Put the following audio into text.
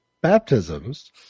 baptisms